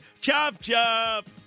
Chop-chop